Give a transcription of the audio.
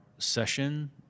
session